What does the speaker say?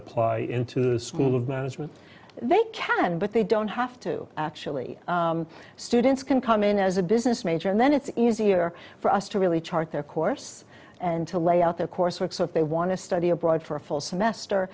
of management they can but they don't have to actually students can come in as a business major and then it's easier for us to really chart their course and to lay out their coursework so if they want to study abroad for a full semester